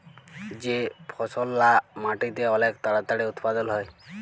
যে ফসললা মাটিতে অলেক তাড়াতাড়ি উৎপাদল হ্যয়